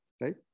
right